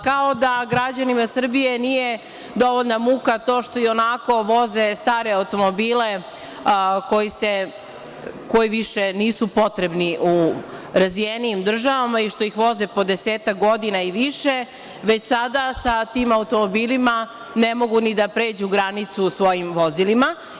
Kao da građanima Srbije nije dovoljna muka to što i onako voze stare automobile, koji više nisu potrebni u razvijenijim državama i što ih voze po desetak godina i više, već sada sa tim automobilima ne mogu ni da pređu granicu svojim vozilima.